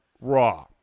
Raw